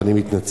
אז אני מתנצל.